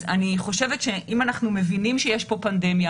אני חושבת שאם אנחנו מבינים שיש פה פנדמיה